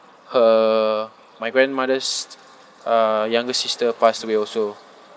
her my grandmother's uh younger sister pass away also